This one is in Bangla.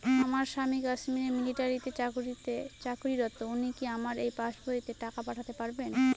আমার স্বামী কাশ্মীরে মিলিটারিতে চাকুরিরত উনি কি আমার এই পাসবইতে টাকা পাঠাতে পারবেন?